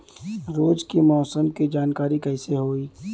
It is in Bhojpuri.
रोज के मौसम के जानकारी कइसे होखि?